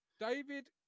david